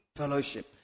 fellowship